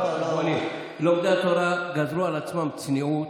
אבל, אדוני, לומדי התורה גזרו על עצמם צניעות,